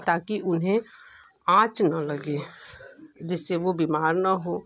ताकि उन्हें आँच ना लगे जिससे वो बीमार ना हो